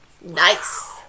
Nice